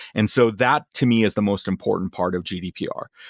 and so that to me is the most important part of gdpr.